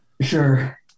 sure